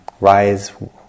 rise